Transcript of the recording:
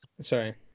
sorry